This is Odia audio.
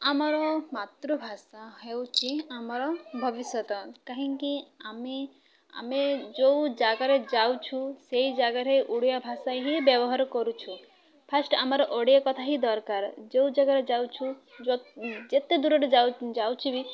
ଆମର ମାତୃଭାଷା ହେଉଛି ଆମର ଭବିଷ୍ୟତ କାହିଁକି ଆମେ ଆମେ ଯେଉଁ ଜାଗାରେ ଯାଉଛୁ ସେଇ ଜାଗାରେ ଓଡ଼ିଆ ଭାଷା ହିଁ ବ୍ୟବହାର କରୁଛୁ ଫାଷ୍ଟ୍ ଆମର ଓଡ଼ିଆ କଥା ହିଁ ଦରକାର ଯେଉଁ ଜାଗାରେ ଯାଉଛୁ ଯେତେ ଦୂରରେ ଯାଉଛୁ ବି